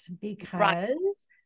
because-